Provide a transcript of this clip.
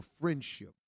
friendship